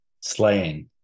Slaying